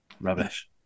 rubbish